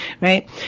right